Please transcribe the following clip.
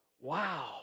wow